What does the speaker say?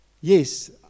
Yes